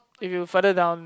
if you further down